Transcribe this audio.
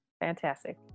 Fantastic